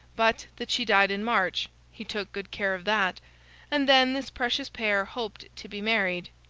but, that she died in march he took good care of that and then this precious pair hoped to be married.